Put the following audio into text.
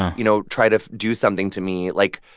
you know, try to do something to me. like,